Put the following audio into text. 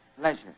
pleasure